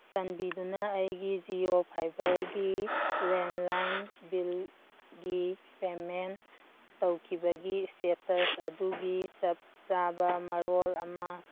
ꯆꯥꯟꯕꯤꯗꯨꯅ ꯑꯩꯒꯤ ꯖꯤꯑꯣ ꯐꯥꯏꯕꯔꯒꯤ ꯂꯦꯟꯂꯥꯏꯟ ꯕꯤꯜꯒꯤ ꯄꯦꯃꯦꯟ ꯇꯧꯈꯤꯕꯒꯤ ꯁ꯭ꯇꯦꯇꯁ ꯑꯗꯨꯒꯤ ꯆꯞ ꯆꯥꯕ ꯃꯔꯣꯜ ꯑꯃ